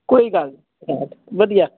ਕੋਈ ਗੱਲ ਨਹੀਂ ਵਧੀਆ